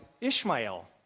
Ishmael